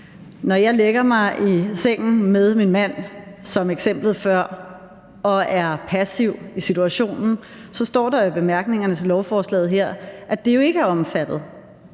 Når jeg lægger mig i sengen med min mand som i eksemplet før og er passiv i situationen, står der jo i bemærkningerne til lovforslaget her, at det jo ikke er omfattet.